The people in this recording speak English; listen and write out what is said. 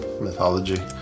mythology